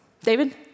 David